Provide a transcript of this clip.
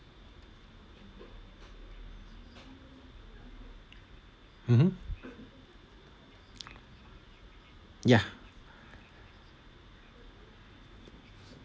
mmhmm ya